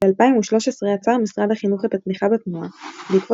ב-2013 עצר משרד החינוך את התמיכה בתנועה בעקבות